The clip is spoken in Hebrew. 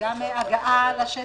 וגם הגעה לשטח.